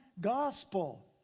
gospel